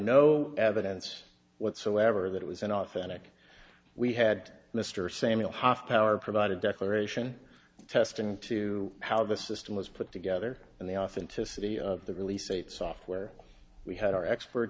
no evidence whatsoever that it was an authentic we had mr samuel hof power provide a declaration test into how the system was put together and the authenticity of the release date software we had our expert